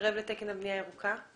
מתקרב לתקן הבנייה הירוקה?